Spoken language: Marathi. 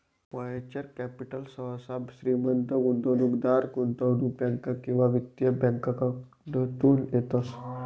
वव्हेंचर कॅपिटल सहसा श्रीमंत गुंतवणूकदार, गुंतवणूक बँका आणि वित्तीय बँकाकडतून येतस